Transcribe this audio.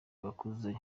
bakuze